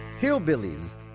hillbillies